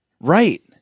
Right